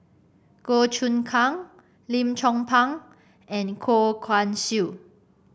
Goh Choon Kang Lim Chong Pang and Goh Guan Siew